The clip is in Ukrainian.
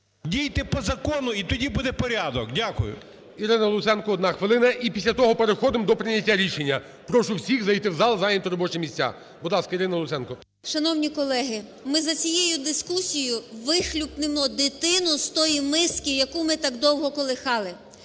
Дійте по закону і тоді буде порядок. Дякую. ГОЛОВУЮЧИЙ. Ірина Луценко, 1 хвилина і після того переходимо до прийняття рішення. Прошу всіх зайти в зал, зайняти робочі місця. Будь ласка, Ірина Луценко. 18:12:53 ЛУЦЕНКО І.С. Шановні колеги, ми за цією дискусією вихлюпнемо дитину з тої миски, яку ми так довго колихали.